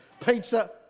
pizza